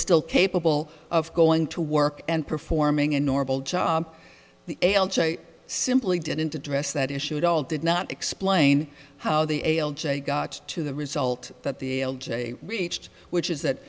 still capable of going to work and performing a normal job he simply didn't address that issue at all did not explain how the a l j got to the result that the reached which is that